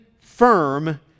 firm